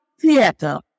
theater